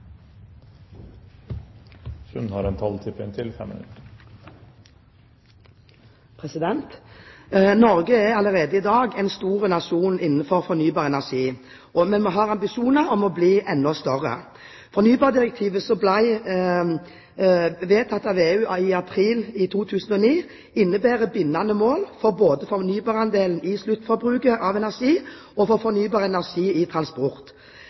vi har ambisjoner om å bli enda større. Fornybardirektivet, som ble vedtatt av EU i april 2009, innebærer bindende mål for både fornybarandelen i sluttforbruket av energi og fornybar energi i transport.